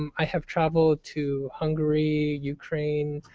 um i have traveled to hungary, ukraine,